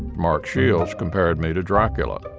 mark shields compared me to dracula